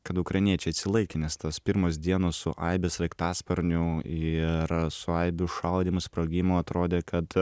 kad ukrainiečiai atsilaikė nes tos pirmos dienos su aibe sraigtasparnių ir su aibe šaudymų sprogimų atrodė kad